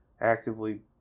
actively